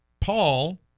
paul